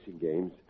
games